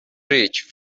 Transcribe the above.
ریچ